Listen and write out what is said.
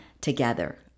together